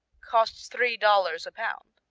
costs three dollars a pound.